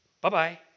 bye-bye